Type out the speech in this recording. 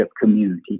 community